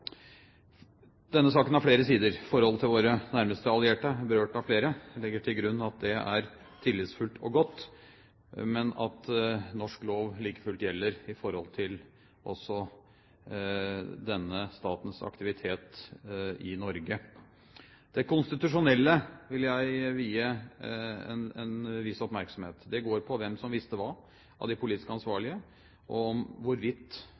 Denne saken har flere sider. Når det gjelder forholdet til våre nærmeste allierte, berørt av flere, legger vi til grunn at det er tillitsfullt og godt, men at norsk lov like fullt gjelder i forhold til også denne statens aktivitet i Norge. Det konstitusjonelle vil jeg vie en viss oppmerksomhet. Det går på hvem som visste hva av de politisk ansvarlige, og hvorvidt